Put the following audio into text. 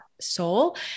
soul